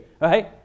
right